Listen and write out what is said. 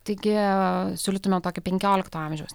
taigi siūlytumėm tokį penkiolikto amžiaus